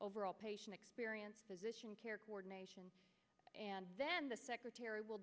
overall patient experience position care coordination and then the secretary will